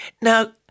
Now